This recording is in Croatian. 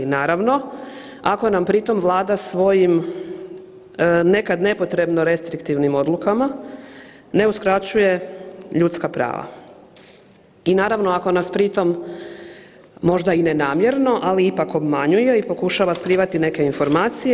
Naravno ako nam pri tom Vlada svojim nekad nepotrebno restriktivnim odlukama ne uskraćuje ljudska prava i naravno ako nas pri tom možda i ne namjerno ali ipak obmanjuje i pokušava skrivati neke informacije.